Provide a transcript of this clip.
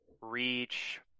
Reach